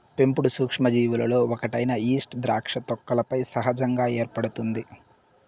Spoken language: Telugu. పెంపుడు సూక్ష్మజీవులలో ఒకటైన ఈస్ట్ ద్రాక్ష తొక్కలపై సహజంగా ఏర్పడుతుంది